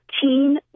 teen